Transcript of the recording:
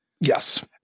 yes